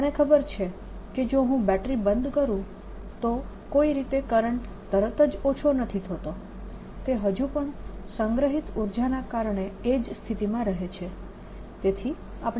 મને ખબર છે કે જો હું બેટરી બંધ કરું તો કોઈ રીતે કરંટ તરત જ ઓછો નથી થતો તે હજુ પણ સંગ્રહિત ઉર્જાના કારણે એ જ સ્થિતિમાં રહે છે